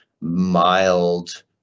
mild